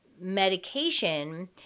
medication